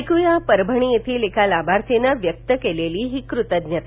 ऐकुया परभणी येथील एका लाभार्थीनं व्यक्त केलेली कृतज्ञता